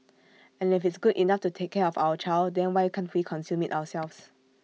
and if it's good enough to take care of our child then why can't we consume IT ourselves